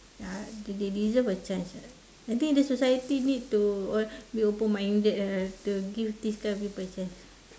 ya they deserve a chance lah I think this society need to (uh)be open minded ah to give this kind of people a chance